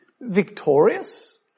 Victorious